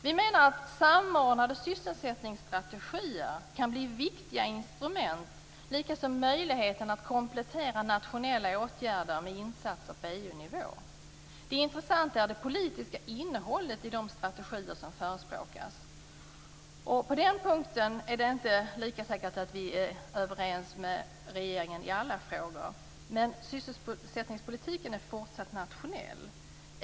Vi menar att samordnade sysselsättningsstrategier kan bli viktiga instrument, likaså möjligheten att komplettera nationella åtgärder med insatser på EU-nivå. Det intressanta är det politiska innehållet i de strategier som förespråkas. På den punkten är det inte lika säkert att vi är överens med regeringen i alla frågor. Men sysselsättningspolitiken är fortsatt nationell.